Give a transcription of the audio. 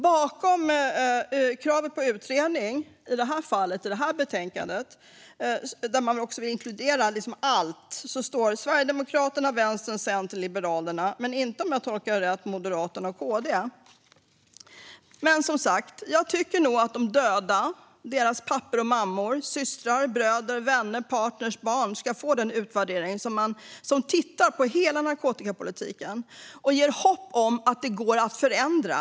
Bakom kravet på utredning i det här betänkandet, som inkluderar allt, står Sverigedemokraterna, Vänstern, Centern och Liberalerna men inte, om jag tolkar det rätt, Moderaterna och Kristdemokraterna. Som sagt: Jag tycker nog att de dödas pappor, mammor, systrar, bröder, vänner, partner och barn ska få en utvärdering som tittar på hela narkotikapolitiken och ger hopp om att det går att förändra.